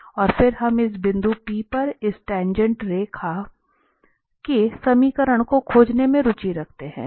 और फिर हम इस बिंदु P पर इस टाँगेँट रेखा के समीकरण को खोजने में रुचि रखते हैं